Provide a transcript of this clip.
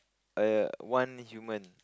a one human